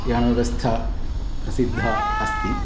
यानव्यवस्था प्रसिद्धा अस्ति